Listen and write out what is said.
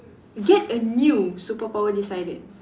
get a new superpower decided